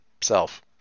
self